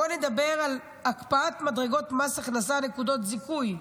בוא נדבר על הקפאת מדרגות מס הכנסה, נקודות זיכוי.